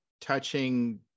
touching